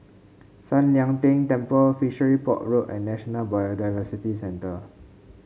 San Lian Deng Temple Fishery Port Road and National Biodiversity Centre